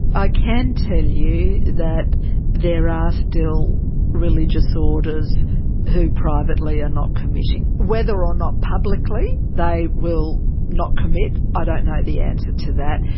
i can tell you that there are still religious orders who privately are not committing. whether or not publicly they will not commit, i don't and know the answer to that,